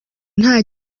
nta